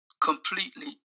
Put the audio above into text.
completely